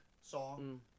song